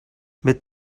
mit